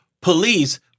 police